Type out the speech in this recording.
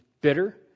bitter